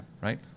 Right